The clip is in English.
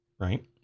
Right